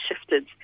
shifted